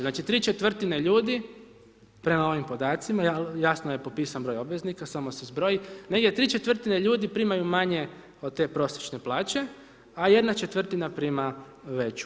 Znači tri četvrtine ljudi prema ovim podacima jasno je popisan broj obveznika samo se zbroji, negdje tri četvrtine ljudi primaju manje od te prosječne plaće a jedna četvrtina prima veću.